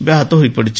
ବ୍ୟାହତ ହୋଇପଡିଛି